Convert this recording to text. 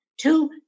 Two